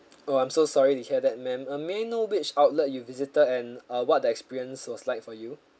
oh I'm so sorry to hear that ma'am uh may I know which outlet you visited and uh what the experience it was like for you